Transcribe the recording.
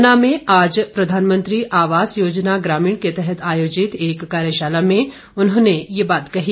ऊना में आज प्रधानमंत्री आवास योजना ग्रामीण के तहत आयोजित एक कार्यशाला में उन्होंने ये बात कही